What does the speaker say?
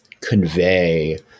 convey